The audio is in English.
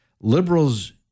Liberals